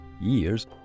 years